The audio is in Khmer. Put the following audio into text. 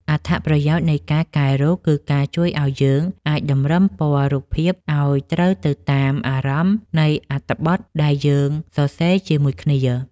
អត្ថប្រយោជន៍នៃការកែរូបគឺការជួយឱ្យយើងអាចតម្រឹមពណ៌រូបភាពឱ្យត្រូវទៅតាមអារម្មណ៍នៃអត្ថបទដែលយើងសរសេរជាមួយគ្នា។